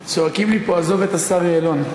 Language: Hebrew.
צועקים לי פה: עזוב את השר יעלון.